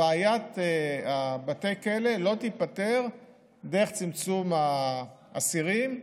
בתי הכלא לא תיפתר דרך צמצום האסירים,